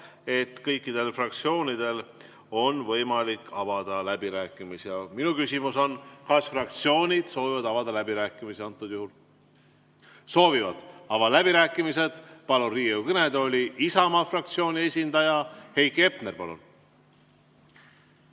on kõikidel fraktsioonidel võimalik avada läbirääkimised. Minu küsimus on, kas fraktsioonid soovivad avada läbirääkimisi. Soovivad. Avan läbirääkimised. Palun Riigikogu kõnetooli Isamaa fraktsiooni esindaja Heiki Hepneri. Palun!